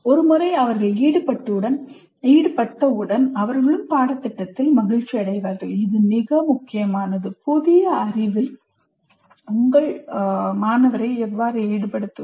ஒரு முறை அவர்கள் ஈடுபட்டவுடன் அவர்களும் பாடத்திட்டத்தில் மகிழ்ச்சி அடைவார்கள் இது மிக முக்கியமானது புதிய அறிவில் உங்கள் மாணவரை எவ்வாறு ஈடுபடுத்துவது